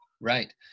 right